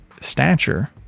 stature